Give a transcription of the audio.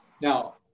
now